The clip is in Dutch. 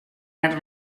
met